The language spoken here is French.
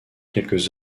quelques